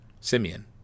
Simeon